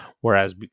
Whereas